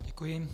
Děkuji.